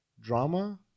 Drama